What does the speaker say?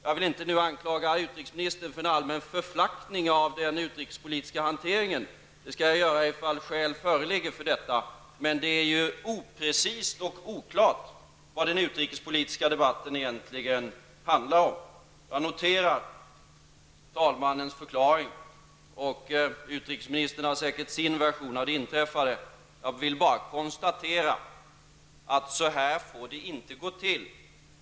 Jag vill inte nu anklaga utrikesministern för en allmän förflackning av den utrikespolitiska hanteringen. Det skall jag göra i de fall skäl föreligger för detta, men det är oprecist och oklart vad den utrikespolitiska debatten egentligen handlar om. Jag noterar talmannens förklaring, och utrikesministern har säkert sin version av det inträffade. Jag vill bara konstatera att så här får det inte gå till.